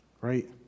Right